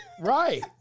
Right